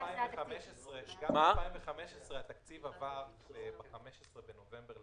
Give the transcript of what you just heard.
גם ב-2015 התקציב עבר ב-15 בנובמבר.